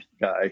guy